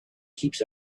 keeps